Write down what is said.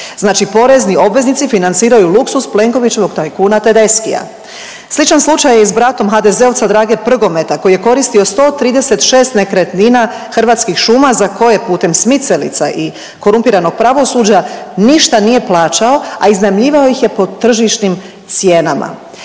znači porezni obveznici financiraju luksuz Plenkovićevog tajkuna Tedeschija. Sličan slučaj je i s bratom HDZ-ovca Drage Prgomet koji je koristio 136 nekretnina Hrvatskih šuma za koje putem smicalica i korumpiranog pravosuđa ništa nije plaćao, a iznajmljivao ih je po tržišnim cijenama.